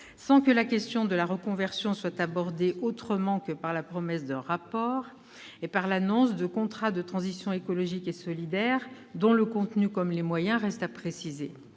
sans que la question de la reconversion soit abordée autrement que par la promesse d'un rapport et par l'annonce de « contrats de transition écologique et solidaire » dont le contenu comme les moyens restent à préciser.